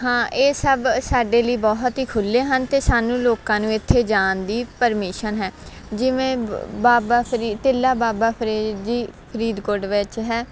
ਹਾਂ ਇਹ ਸਭ ਸਾਡੇ ਲਈ ਬਹੁਤ ਹੀ ਖੁੱਲੇ ਹਨ ਅਤੇ ਸਾਨੂੰ ਲੋਕਾਂ ਨੂੰ ਇੱਥੇ ਜਾਣ ਦੀ ਪਰਮਿਸ਼ਨ ਹੈ ਜਿਵੇਂ ਬਾਬਾ ਫਰੀਦ ਟਿੱਲਾ ਬਾਬਾ ਫਰੀਦ ਜੀ ਫਰੀਦਕੋਟ ਵਿੱਚ ਹੈ